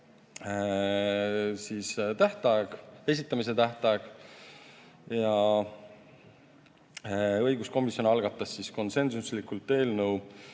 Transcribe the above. esitamise tähtaeg. Õiguskomisjon algatas konsensuslikult eelnõu